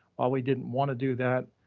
all we didn't wanna do that.